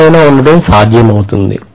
ఎలాగైనా ఉండటం సాధ్యమవుతుంది